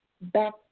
back